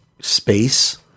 space